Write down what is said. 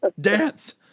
dance